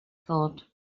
thought